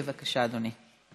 בבקשה, אדוני.